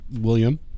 William